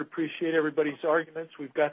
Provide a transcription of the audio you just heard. appreciate everybody's arguments we've got